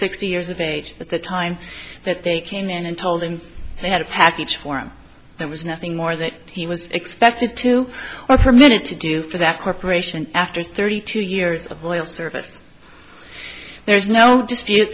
sixty years of age at the time that they came in and told him they had a package for him there was nothing more that he was expected to or permitted to do for that corporation after thirty two years of loyal service there's no dispute